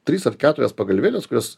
trys ar keturias pagalvėles kurias